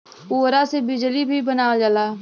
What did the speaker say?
पुवरा से बिजली भी बनावल जाला